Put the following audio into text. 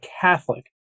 Catholic